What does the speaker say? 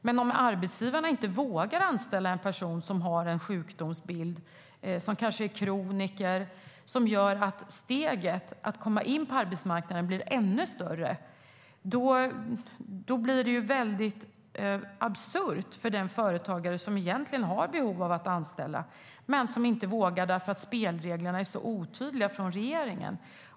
Men om arbetsgivarna inte vågar anställa en person med en sjukdomsbild - som kanske är kroniker - blir steget att komma in på arbetsmarknaden ännu större. Det blir absurt för den företagare som egentligen har behov av att anställa men som inte vågar därför att spelreglerna från regeringens sida är så otydliga.